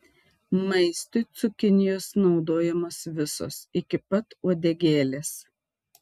maistui cukinijos naudojamos visos iki pat uodegėlės